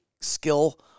skill